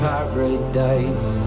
Paradise